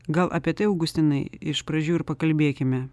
gal apie tai augustinai iš pradžių ir pakalbėkime